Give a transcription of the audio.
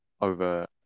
over